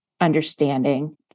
understanding